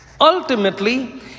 Ultimately